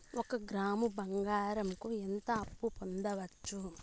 ఒక గ్రాము బంగారంకు ఎంత అప్పు పొందొచ్చు